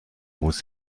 muss